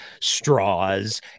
straws